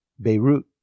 Beirut